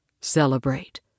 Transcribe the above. celebrate